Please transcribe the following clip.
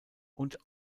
und